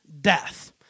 death